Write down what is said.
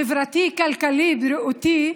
חברתי-כלכלי-בריאותי,